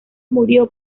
murió